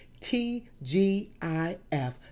T-G-I-F